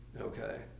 okay